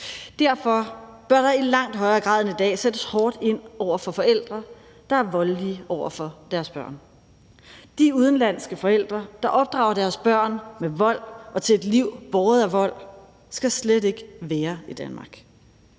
Derfor bør der i langt højere grad end i dag sættes hårdt ind over for forældre, der er voldelige over for deres børn. De udenlandske forældre, der opdrager deres børn med vold og til et liv båret af vold, skal slet ikke være i Danmark.